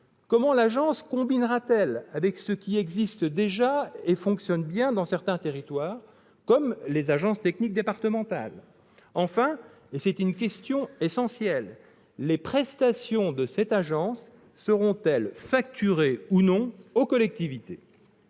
Comment l'agence se combinera-t-elle avec ce qui existe déjà et fonctionne bien dans certains territoires, comme les agences techniques départementales ? Enfin, et c'est une question essentielle, les prestations de l'agence seront-elles ou non facturées aux collectivités ?